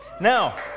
Now